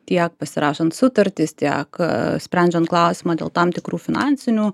tiek pasirašant sutartis teka sprendžiant klausimą dėl tam tikrų finansinių